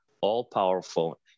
all-powerful